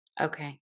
Okay